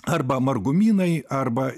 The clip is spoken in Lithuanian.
arba margumynai arba